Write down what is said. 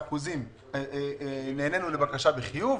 כך וכך באחוזים נענינו לבקשות בחיוב,